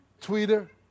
Twitter